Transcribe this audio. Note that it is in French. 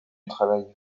travail